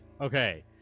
okay